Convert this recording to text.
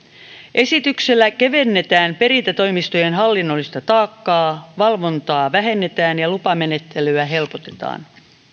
esityksellä kevennetään perintätoimistojen hallinnollista taakkaa valvontaa vähennetään ja lupamenettelyä helpotetaan